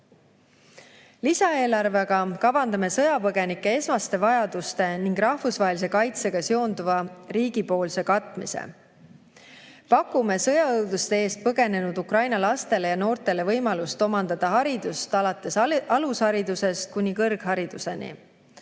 Lisaeelarvega kavandame sõjapõgenike esmaste vajaduste ning rahvusvahelise kaitsega seonduva riigipoolse katmise. Pakume sõjaõuduste eest põgenenud Ukraina lastele ja noortele võimalust omandada haridust alates alusharidusest kuni kõrghariduseni.